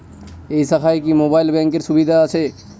এই শাখায় কি মোবাইল ব্যাঙ্কের সুবিধা আছে?